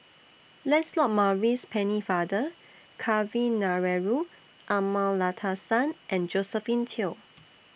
Lancelot Maurice Pennefather Kavignareru Amallathasan and Josephine Teo